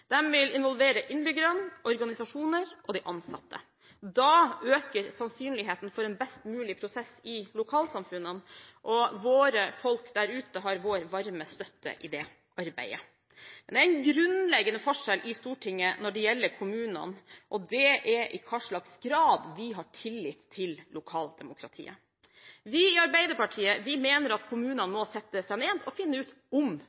vil involvere innbyggerne, organisasjoner og de ansatte. Da øker sannsynligheten for en best mulig prosess i lokalsamfunnene, og våre folk der ute har vår varme støtte i det arbeidet. Men det er en grunnleggende forskjell i Stortinget når det gjelder kommunene, og det er i hva slags grad vi har tillit til lokaldemokratiet. Vi i Arbeiderpartiet mener at kommunene må sette seg ned for å finne ut om